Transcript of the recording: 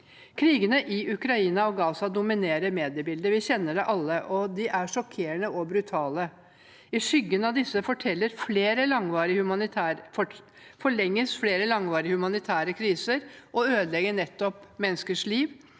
Krigene i Ukraina og Gaza dominerer mediebildet, vi kjenner det alle. De er sjokkerende og brutale. I skyggen av disse forlenges flere langvarige humanitære kriser og ødelegger menneskers liv.